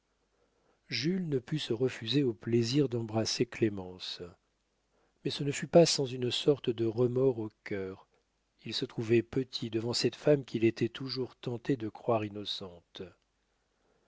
jules ne put se refuser au plaisir d'embrasser clémence mais ce ne fut pas sans une sorte de remords au cœur il se trouvait petit devant cette femme qu'il était toujours tenté de croire innocente